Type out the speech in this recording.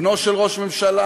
בנו של ראש ממשלה,